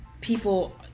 people